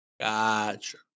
Gotcha